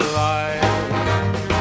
life